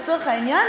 לצורך העניין,